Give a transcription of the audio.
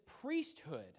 priesthood